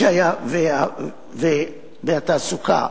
והתעסוקה